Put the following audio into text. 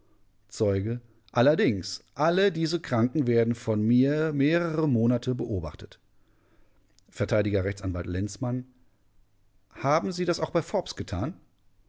zeuge allerdings alle diese kranken werden von mir mehrere monate beobachtet vert rechtsanwalt lenzmann haben sie das auch bei forbes getan